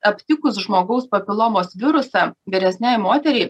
aptikus žmogaus papilomos virusą vyresniai moteriai